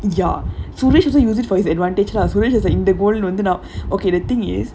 ya suresh also use it for his advantage lah suresh is like இந்த:intha goal வந்து:vandhu okay the thing is